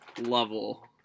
level